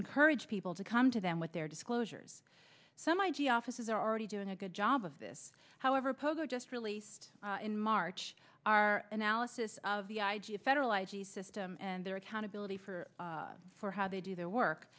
encourage people to come to them with their disclosures some i g offices are already doing a good job of this however pogo just released in march our analysis of the idea federalize the system and their accountability for for how they do their work